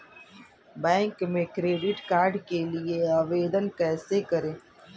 Bank में credit card के लिए आवेदन कैसे करें?